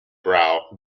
brow